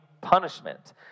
punishment